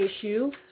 issue